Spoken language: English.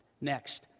Next